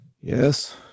Yes